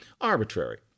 arbitrary